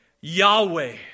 Yahweh